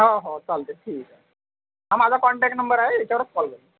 हो हो चालतं आहे ठीक आहे हा माझा कॉन्टॅक्ट नंबर आहे याच्यावरच कॉल करा